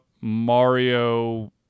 Mario